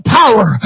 power